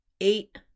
eight